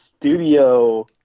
studio –